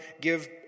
give